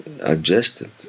adjusted